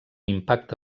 impacte